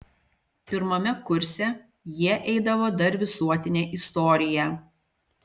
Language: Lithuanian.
pirmame kurse jie eidavo dar visuotinę istoriją